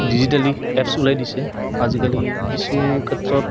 digitally apps ওলাই দিছে আজিকালি কিছু ক্ষেত্ৰত